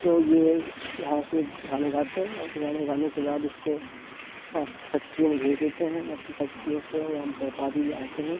تو یہ یہاں سے کسان اگاتے ہیں اور کسان اگانے کے بعد اس کو پاس فیکٹریوں میں بھیج دیتے ہیں یا پھر فیکٹریوں سے وہاں بیوپاری آتے ہیں